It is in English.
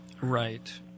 Right